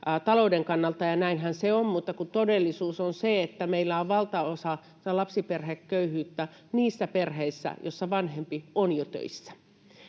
talouden kannalta, ja näinhän se on. Mutta kun todellisuus on se, että meillä valtaosa lapsiperheköyhyyttä on niissä perheissä, joissa vanhempi on jo töissä,